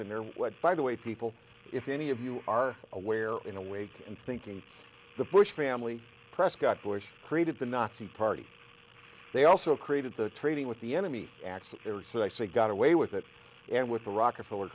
in there led by the way people if any of you are aware in awake and thinking the bush family prescott bush created the nazi party they also created the trading with the enemy or so i say got away with it and with the rockefeller